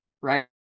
right